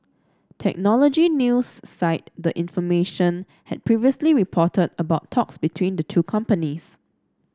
technology news site the information had previously reported about talks between the two companies